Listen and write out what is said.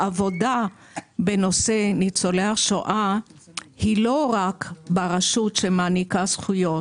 העבודה בנושא ניצולי השואה היא לא רק ברשות שמעניקה זכויות.